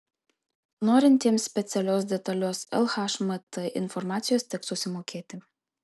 norintiems specialios detalios lhmt informacijos teks susimokėti